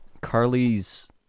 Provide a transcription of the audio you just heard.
carly's